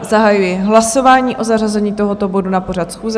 Zahajuji hlasování o zařazení tohoto bodu na pořad schůze.